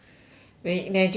wait imagine one